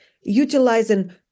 utilizing